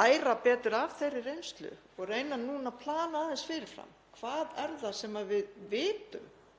læra betur af þeirri reynslu og reyna núna að plana aðeins fyrir fram. Hvað er það sem við vitum